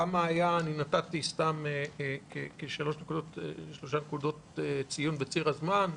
נתתי סתם שלוש נקודות ציון בציר הזמן,